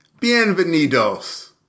Bienvenidos